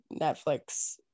Netflix